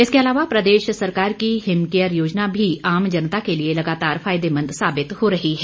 इसके अलावा प्रदेश सरकार की हिमकेयर योजना भी आम जनता के लिए लगातार फायदेमंद साबित हो रही है